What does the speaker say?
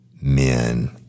men